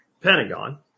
Pentagon